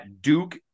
Duke